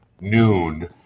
noon